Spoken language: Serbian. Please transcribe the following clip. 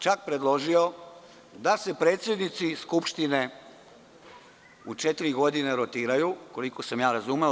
Čak je predložio da se predsednici Skupštine u četiri godine rotiraju, koliko sam ja razumeo.